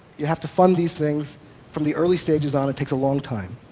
you have to fund these things from the early stages on. it takes a long time.